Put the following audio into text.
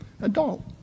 Adult